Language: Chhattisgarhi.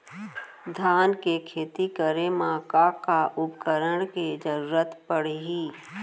धान के खेती करे मा का का उपकरण के जरूरत पड़हि?